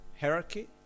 hierarchy